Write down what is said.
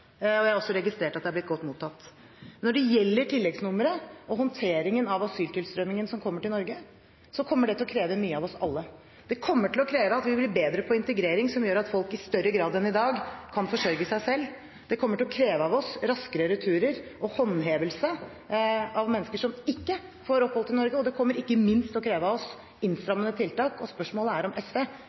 og jeg har også registrert at det har blitt godt mottatt. Når det gjelder tilleggsnummeret og håndteringen av asyltilstrømmingen til Norge, kommer det til å kreve mye av oss alle. Det kommer til å kreve at vi blir bedre på integrering, som gjør at folk i større grad enn i dag kan forsørge seg selv. Det kommer til å kreve raskere returer – håndhevelse – av mennesker som ikke får opphold i Norge, og det kommer ikke minst til å kreve innstrammende tiltak. Spørsmålet er om SV